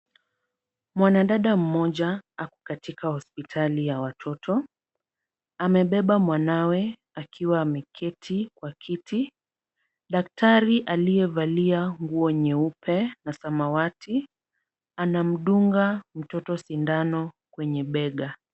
Mwanadada mmoja ako katika hospitali ya watoto. Amebeba mwanawe akiwa ameketi kwa kiti. Daktari aliyevalia nguo nyeupe na samawati, anamdunga mtoto sindano kwenye bega.